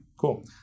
cool